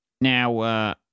now